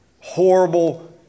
horrible